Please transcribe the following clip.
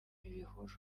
ibihuru